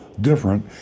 different